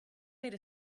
made